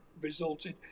resulted